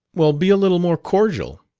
well, be a little more cordial.